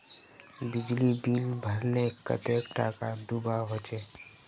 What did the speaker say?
बिजली बिल भरले कतेक टाका दूबा होचे?